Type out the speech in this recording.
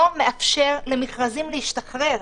לא מאפשרת למכרזים להשתחרר.